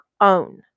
own